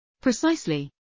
Precisely